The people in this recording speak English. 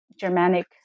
Germanic